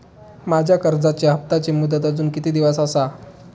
माझ्या कर्जाचा हप्ताची मुदत अजून किती दिवस असा?